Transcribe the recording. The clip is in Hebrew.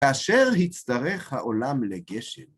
כאשר הצטרך העולם לגשם.